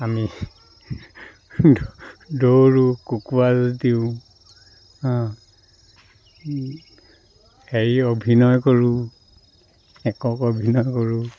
আমি দৌৰোঁ কুকৰা যুঁজ দিওঁ হেৰি অভিনয় কৰোঁ একক অভিনয় কৰোঁ